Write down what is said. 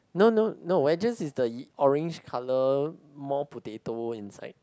no no no is just the orange colour more potato inside